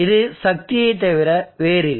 இது சக்தியைத் தவிர வேறில்லை